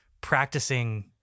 practicing